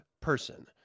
person